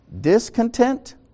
Discontent